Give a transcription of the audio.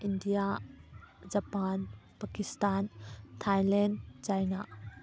India Japan Pakistan Thailand China